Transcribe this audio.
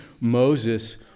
Moses